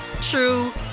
true